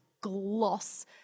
gloss